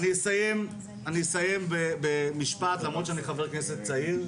אני אסיים במשפט, למרות שאני חבר כנסת צעיר.